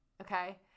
okay